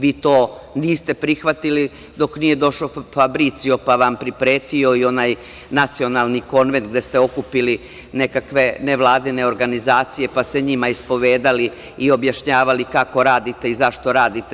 Vi to niste prihvatili dok nije došao Fabricio, pa vam pripretio i onaj nacionalni konvent, gde ste okupili nekakve nevladine organizacije, pa se njima ispovedali i objašnjavali kako radite i zašto radite.